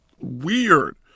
weird